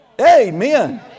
Amen